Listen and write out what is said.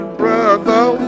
brother